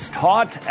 taught